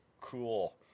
Cool